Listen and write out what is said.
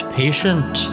patient